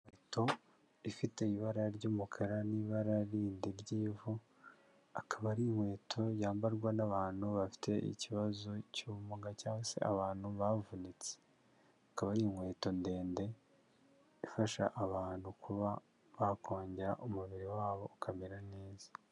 Inkweto ifite ibara ry'umukara n'ibara rindi ry'ivu, akaba ari inkweto yambarwa n'abantu bafite ikibazo cy'ubumuga cyangwa se abantu bavunitse, akaba ari inkweto ndende ifasha abantu kuba bakongera umubiri wabo ukamera neza.